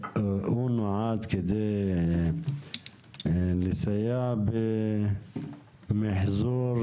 והיא נועדה לסייע במחזור